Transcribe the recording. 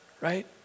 right